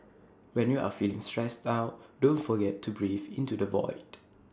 when you are feeling stressed out don't forget to breathe into the void